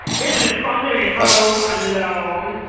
isn't it fun to be home alone